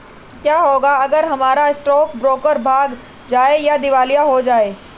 क्या होगा अगर हमारा स्टॉक ब्रोकर भाग जाए या दिवालिया हो जाये?